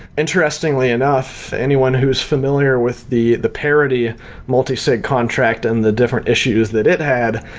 interestingly enough, anyone who's familiar with the the parody multi-sig contract and the different issues that it had,